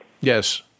Yes